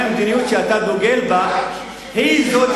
אולי המדיניות שאתה דוגל בה היא זאת